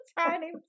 tiny